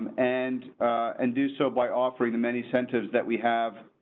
and and and do so by offering the many centers that we have.